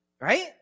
right